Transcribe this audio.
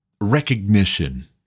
recognition